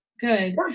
good